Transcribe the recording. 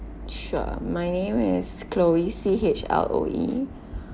sure my name is chloe C H L O E